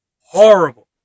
horrible